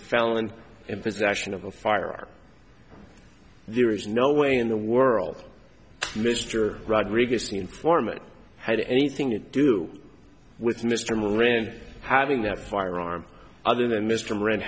felon in possession of a firearm there is no way in the world mr rodriguez the informant had anything to do with mr moran having that firearm other than mr